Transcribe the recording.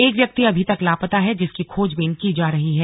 एक व्यक्ति अभी तक लापता है जिसकी खोजबीन की जा रही है